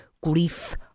grief